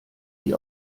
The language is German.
die